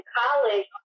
college